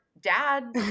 dad